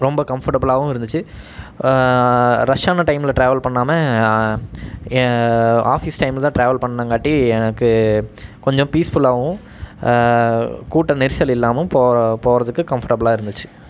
ரொம்ப கம்ஃபர்ட்டபிளாகவும் இருந்துச்சு ரஷ்ஷான டைமில் டிராவல் பண்ணாமல் ஆஃபீஸ் டைமில்தான் டிராவல் பண்ணங்காட்டி எனக்கு கொஞ்சம் பீஸ்ஃபுல்லாகவும் கூட்ட நெரிசல் இல்லாமும் போக போறதுக்கு கம்ஃபர்ட்டபிளாக இருந்துச்சு